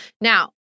Now